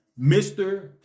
Mr